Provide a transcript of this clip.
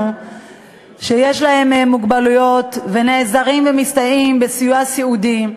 שהם בעלי מוגבלויות ונעזרים ומסתייעים בסיוע סיעודי,